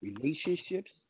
relationships